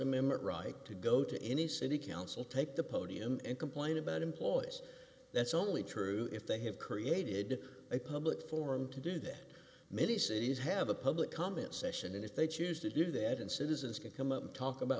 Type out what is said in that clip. amendment right to go to any city council take the podium and complain about employees that's only true if they have created a public forum to do that many cities have a public comment session and if they choose to do that and citizens can come up and talk about